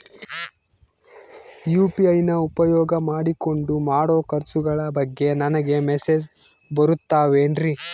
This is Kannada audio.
ಯು.ಪಿ.ಐ ನ ಉಪಯೋಗ ಮಾಡಿಕೊಂಡು ಮಾಡೋ ಖರ್ಚುಗಳ ಬಗ್ಗೆ ನನಗೆ ಮೆಸೇಜ್ ಬರುತ್ತಾವೇನ್ರಿ?